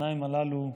והשניים הללו שונים.